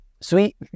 Sweet